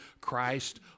Christ